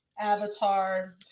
avatar